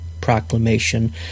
proclamation